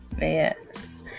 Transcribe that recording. yes